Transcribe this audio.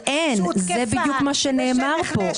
אבל זה בדיוק מה שנאמר פה.